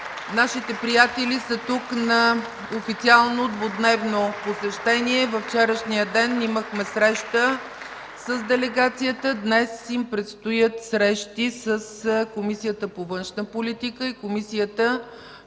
Нашите приятели са тук на официално двудневно посещение. Във вчерашния ден имахме среща с делегацията. Днес им предстоят срещи с Комисията по външна политика и Комисията по европейските